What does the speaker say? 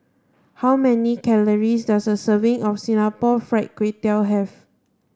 how many calories does a serving of Singapore fried Kway Tiao have